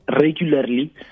regularly